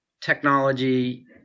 technology